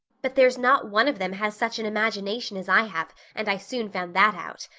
but there's not one of them has such an imagination as i have and i soon found that out.